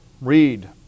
read